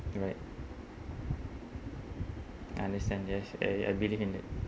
right I understand yes I I believe in it